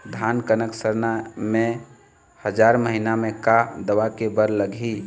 धान कनक सरना मे हजार महीना मे का दवा दे बर लगही?